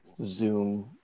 Zoom